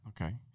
Okay